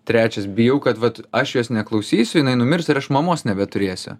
trečias bijau kad vat aš jos neklausysiu jinai numirs ir aš mamos nebeturėsiu